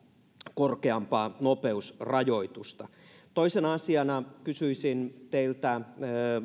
korkeampaa nopeusrajoitusta toisena asiana kysyisin teiltä